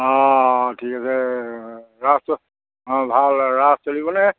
অঁ ঠিক আছে ৰাস অঁ ভাল ৰাস চলিবনে